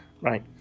Right